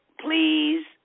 Please